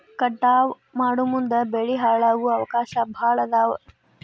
ಕಟಾವ ಮಾಡುಮುಂದ ಬೆಳಿ ಹಾಳಾಗು ಅವಕಾಶಾ ಭಾಳ ಅದಾವ